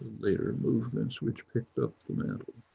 later movements which picked up the mantle,